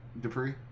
Dupree